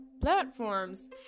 platforms